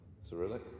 Cyrillic